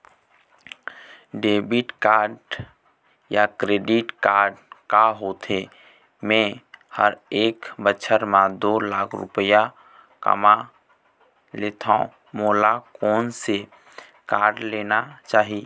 Debit या credit card का होथे, मे ह एक बछर म दो लाख रुपया कमा लेथव मोला कोन से कारड लेना चाही?